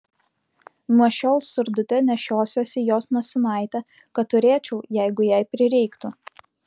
nuo šiol surdute nešiosiuosi jos nosinaitę kad turėčiau jeigu jai prireiktų